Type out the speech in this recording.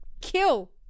kill